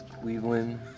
Cleveland